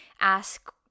ask